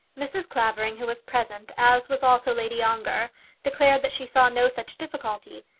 mrs. clavering, who was present as was also lady ongar declared that she saw no such difficulty.